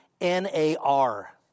NAR